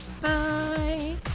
Bye